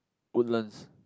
Woodlands